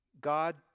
God